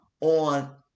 on